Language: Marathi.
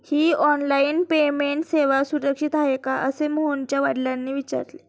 ही ऑनलाइन पेमेंट सेवा सुरक्षित आहे का असे मोहनच्या वडिलांनी विचारले